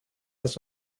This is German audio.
das